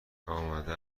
آمده